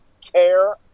care